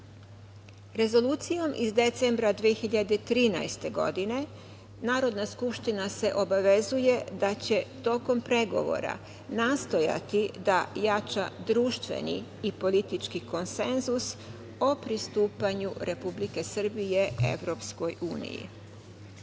podršku. Rezolucijom iz decembra 2013. godine Narodna skupština se obavezuje da će tokom pregovora nastojati da jača društveni i politički konsenzus o pristupanju Republike Srbije EU.Evropski